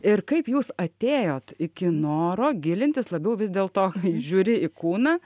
ir kaip jūs atėjot iki noro gilintis labiau vis dėlto žiūri į kūną